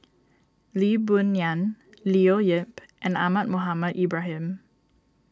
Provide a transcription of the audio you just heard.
Lee Boon Ngan Leo Yip and Ahmad Mohamed Ibrahim